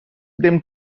them